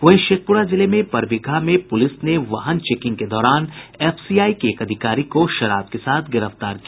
वहीं शेखपुरा जिले में बरबीघा में पुलिस ने वाहन चेकिंग के दौरान एफसीआई के एक अधिकारी को शराब के साथ गिरफ्तार किया